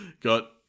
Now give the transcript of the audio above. got